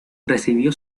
recibió